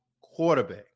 quarterback